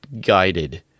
guided